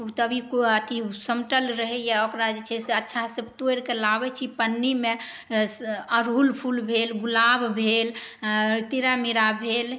तभी अथी समटल रहैए ओकरा जे छै से अच्छा से तोरिके लाबै छी पन्नीमे अरहुल फूल भेल गुलाब भेल तीरा मीरा भेल